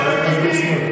חבר הכנסת ביסמוט,